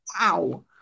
wow